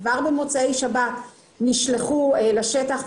כבר במוצאי שבת נשלחו לשטח,